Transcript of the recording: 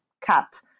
cat